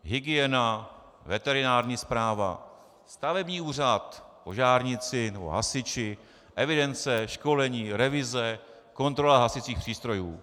Hygiena, veterinární správa, stavební úřad, požárníci nebo hasiči, evidence, školení, revize, kontrola hasicích přístrojů.